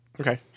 Okay